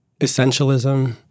essentialism